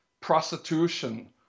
prostitution